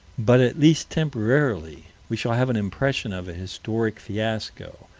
but at least temporarily we shall have an impression of a historic fiasco,